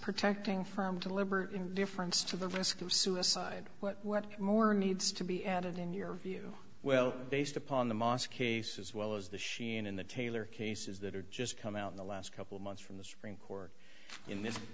protecting from deliberate indifference to the risk of suicide what more needs to be added in your view well based upon the mosque case as well as the sheen in the taylor cases that are just come out in the last couple months from the supreme court in this